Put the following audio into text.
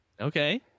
Okay